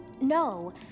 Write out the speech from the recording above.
no